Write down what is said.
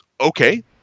okay